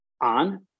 on